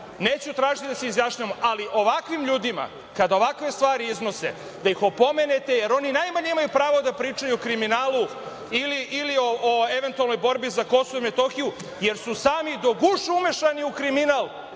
neću tražiti da se izjašnjavamo, ali ovakvim ljudima, kada ovakve stvari iznose, da ih opomenete, jer oni najmanje imaju prava da pričaju o kriminalu ili o eventualnoj borbi za Kosovo i Metohiju, jer su sami do guše umešani u kriminal,